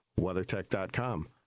WeatherTech.com